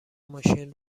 ماشین